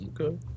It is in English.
Okay